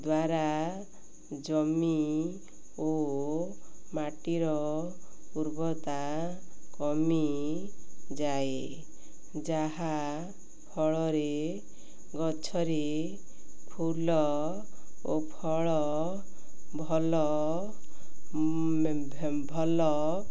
ଦ୍ୱାରା ଜମି ଓ ମାଟିର ପୂର୍ବତା କମିଯାଏ ଯାହା ଫଳରେ ଗଛରେ ଫୁଲ ଓ ଫଳ ଭଲ ଭଲ